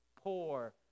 poor